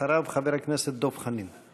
אחריו, חבר הכנסת דב חנין.